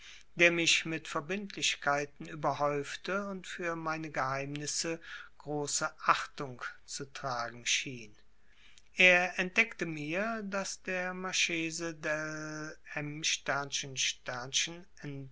der mich mit verbindlichkeiten überhäufte und für meine geheimnisse große achtung zu tragen schien er entdeckte mir daß der marchese del